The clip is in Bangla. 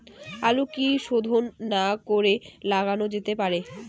আলু কি শোধন না করে লাগানো যেতে পারে?